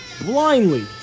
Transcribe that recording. Blindly